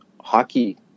hockey